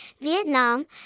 Vietnam